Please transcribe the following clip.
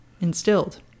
instilled